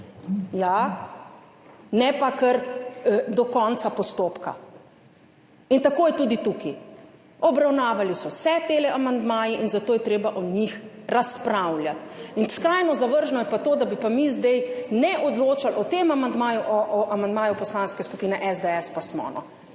času. Ne pa kar do konca postopka. In tako je tudi tukaj. Obravnavali so se ti amandmaji in zato je treba o njih razpravljati. Skrajno zavržno je pa to, da bi pa mi zdaj neodločali o tem amandmaju, o amandmaju Poslanske skupine SDS pa smo, no.